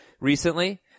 recently